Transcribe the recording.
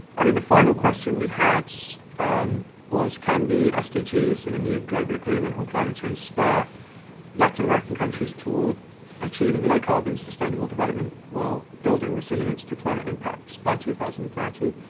i mean, the final question we had so um was, can the sdg so, the new global agreement on climate change spur latin american countries toward achieving low-carbon sustainable development while building resilience to climate impacts by two thousand and thirty?